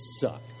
suck